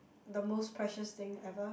the most precious thing ever